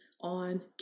on